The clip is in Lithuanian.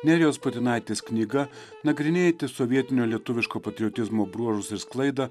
nerijos putinaitės knyga nagrinėti sovietinio lietuviško patriotizmo bruožus ir sklaidą